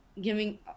giving